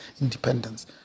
independence